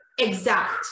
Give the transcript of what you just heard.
Exact